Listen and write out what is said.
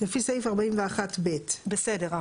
לפי סעיף 41ב. בסדר.